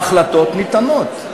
ההחלטות ניתנות.